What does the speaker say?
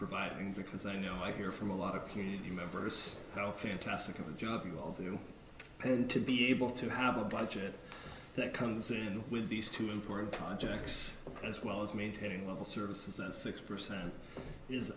providing because i know i hear from a lot of community members how fantastic of a job although you had to be able to have a budget that comes in with these two important projects as well as maintaining local services and six percent is